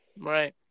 Right